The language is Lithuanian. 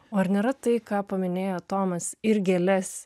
o ar nėra tai ką paminėjo tomas ir gėles